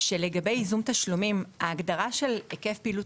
שלגבי ייזום תשלומים ההגדרה של היקף פעילות